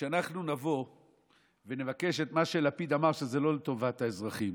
כשאנחנו נבוא ונבקש את מה שלפיד אמר שזה לא לטובת האזרחים,